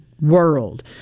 World